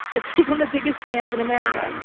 it's like one of the biggest scams in america.